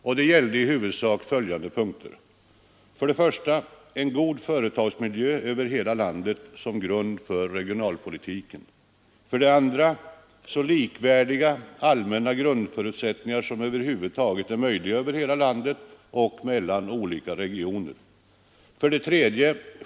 I huvudsak gällde det följande punkter: 1. En god företagsmiljö över hela landet som grund för regionalpolitiken. 2. Så likvärdiga allmänna grundförutsättningar som över huvud taget är möjliga över hela landet och mellan olika regioner. 3.